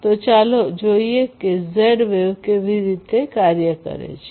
તો ચાલો જોઈએ કે ઝેડ વેવ કેવી રીતે કાર્ય કરે છે